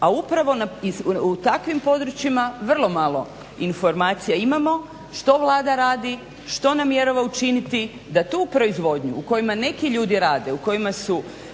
a upravo nam u takvim područjima vrlo malo informacija imamo što Vlada radi, što namjerava učiniti da tu proizvodnju u kojima neki ljudi rade, u kojima su